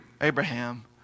Abraham